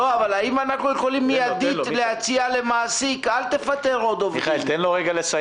האם אנחנו יכולים מידית להציע למעסיק: אל תפטר עוד עובדים,